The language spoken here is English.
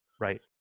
Right